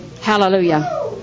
Hallelujah